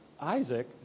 Isaac